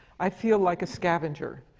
i feel like a scavenger.